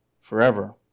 forever